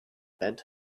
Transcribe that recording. bent